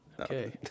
Okay